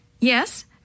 Yes